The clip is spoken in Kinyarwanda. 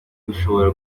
bishobora